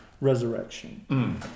resurrection